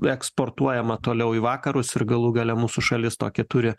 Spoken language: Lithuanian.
eksportuojama toliau į vakarus ir galų gale mūsų šalis tokią turi